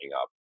up